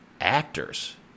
actors